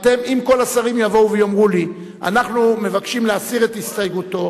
אם כל השרים יבואו ויאמרו לי: אנחנו מבקשים להסיר את הסתייגותו,